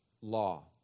law